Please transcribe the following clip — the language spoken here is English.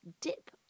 dip